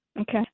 Okay